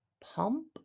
Pump